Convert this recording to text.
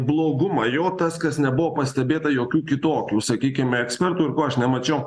blogumą jo tas kas nebuvo pastebėta jokių kitokių sakykime ekspertų ir ko aš nemačiau